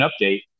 update